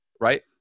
right